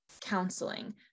counseling